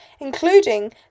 including